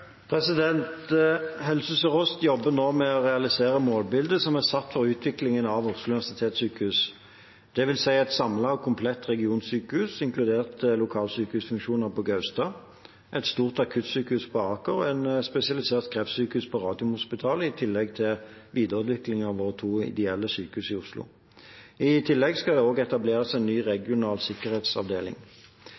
Helse Sør-Øst jobber nå med å realisere målbildet som er satt for utviklingen av Oslo universitetssykehus, dvs. et samlet og komplett regionsykehus inkludert lokalsykehusfunksjoner på Gaustad, et stort akuttsykehus på Aker og et spesialisert kreftsykehus på Radiumhospitalet, i tillegg til videreutvikling av våre to ideelle sykehus i Oslo. I tillegg skal det etableres ny regional sikkerhetsavdeling. Investeringsplanene er omfattende, og